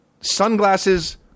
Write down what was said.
sunglasses